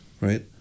right